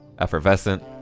Effervescent